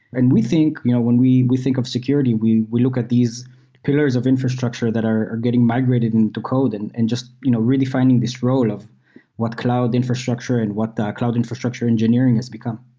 and we think you know when we we think of security, we we look at these pillars of infrastructure that are are getting migrated into code and and just you know really finding this role of what cloud infrastructure and what cloud infrastructure engineering has become.